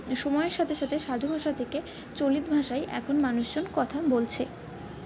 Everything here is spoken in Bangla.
সময়ের সাথে সাথে সাধু ভাষা থেকে চলিত ভাষায় এখন মানুষজন কথা বলছে